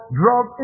drug